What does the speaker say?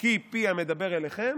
כפי המדבר אליכם,